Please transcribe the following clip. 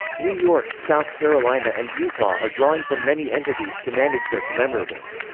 new york, south carolina and utah are drawing from many entities to manage their commemoratives.